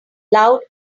loud